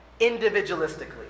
individualistically